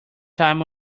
time